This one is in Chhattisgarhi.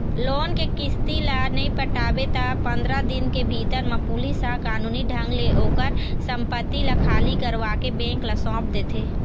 लोन के किस्ती ल नइ पटाबे त पंदरा दिन के भीतर म पुलिस ह कानूनी ढंग ले ओखर संपत्ति ल खाली करवाके बेंक ल सौंप देथे